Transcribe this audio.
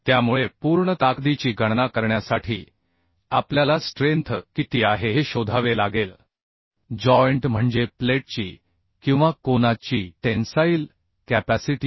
त्यामुळे पूर्ण ताकदीची गणना करण्यासाठी आपल्याला स्ट्रेंथ किती आहे हे शोधावे लागेल जॉइंट म्हणजे प्लेटची किंवा कोना ची टेन्साईल कॅपॅसिटी